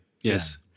Yes